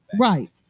Right